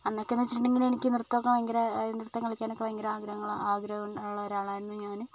അന്നൊക്കെ വെച്ചിട്ടുണ്ടെങ്കിൽ എനിക്ക് നൃത്തമൊക്കെ ഭയങ്കര നൃത്തം കളിക്കാൻ ഒക്കെ ഭയങ്കര ആഗ്രഹം ഉള്ള ഒരാളായിരുന്നു ഞാൻ